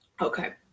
Okay